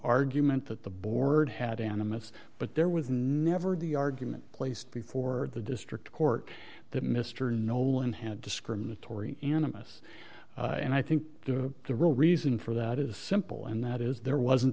argument that the board had animists but there was never the argument placed before the district court that mr nolan had discriminatory animus and i think the real reason for that is simple and that is there wasn't